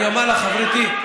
אני אומר לך, חברתי.